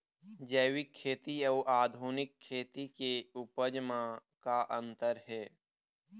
जैविक खेती अउ आधुनिक खेती के उपज म का अंतर हे?